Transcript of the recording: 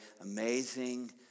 amazing